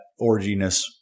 orginess